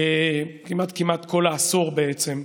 כמעט כל העשור, בעצם,